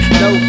no